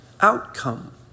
outcome